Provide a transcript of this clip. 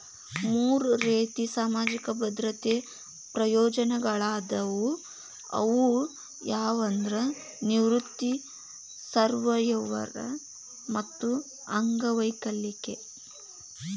ಮೂರ್ ರೇತಿ ಸಾಮಾಜಿಕ ಭದ್ರತೆ ಪ್ರಯೋಜನಗಳಾದವ ಅವು ಯಾವಂದ್ರ ನಿವೃತ್ತಿ ಸರ್ವ್ಯವರ್ ಮತ್ತ ಅಂಗವೈಕಲ್ಯ